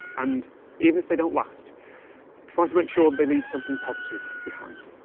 and even if they don't last try to make sure they leave something positive behind.